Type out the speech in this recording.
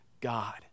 God